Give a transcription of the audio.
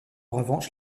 revanche